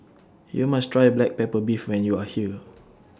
YOU must Try Black Pepper Beef when YOU Are here